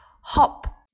Hop